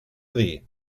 dir